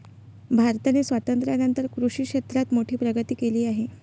भारताने स्वातंत्र्यानंतर कृषी क्षेत्रात मोठी प्रगती केली आहे